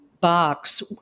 box